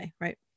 right